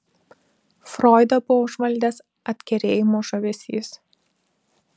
froidą buvo užvaldęs atkerėjimo žavesys